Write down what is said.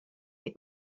les